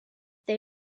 they